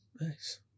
Nice